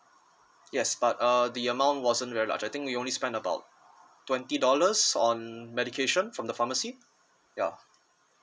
yes but uh the amount wasn't really large I think we only spend about twenty dollars on medication from the pharmacy ya